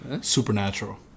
Supernatural